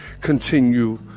continue